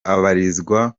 abarizwa